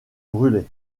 brûlés